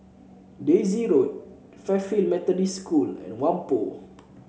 Daisy Road Fairfield Methodist School and Whampoa